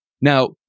Now